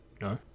No